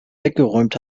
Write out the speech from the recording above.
weggeräumt